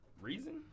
reason